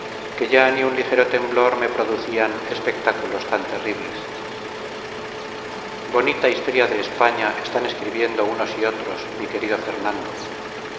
que ya ni un ligero temblor me producían espectáculos tan terribles bonita historia de españa están escribiendo unos y otros mi querido fernando